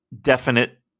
definite